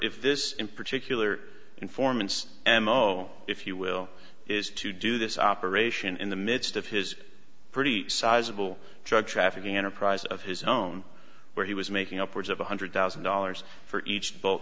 if this in particular informants m o if you will is to do this operation in the midst of his pretty sizable drug trafficking enterprise of his own where he was making upwards of one hundred thousand dollars for each bo